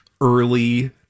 early